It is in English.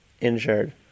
injured